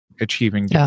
achieving